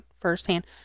firsthand